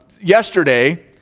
Yesterday